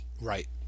Right